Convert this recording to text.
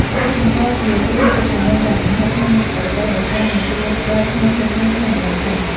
ដែលអាចបង្កជាគ្រោះទឹកជំនន់យ៉ាងគំហុកក្នុងរដូវវស្សា និងគ្រោះរាំងស្ងួតហួតហែងក្នុងរដូវប្រាំង។